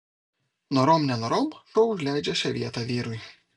norom nenorom šuo užleidžia šią vietą vyrui